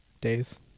days